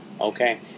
Okay